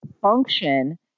function